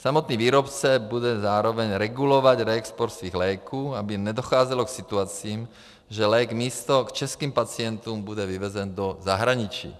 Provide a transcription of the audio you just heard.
Samotný výrobce bude zároveň regulovat reexport svých léků, aby nedocházelo k situacím, že lék místo k českým pacientům bude vyvezen do zahraničí.